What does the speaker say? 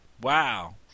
Wow